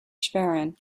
schwerin